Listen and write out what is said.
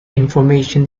information